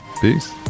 Peace